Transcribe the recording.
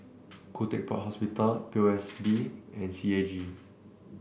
Kuh Tec Pok Hospital P O S B and C A G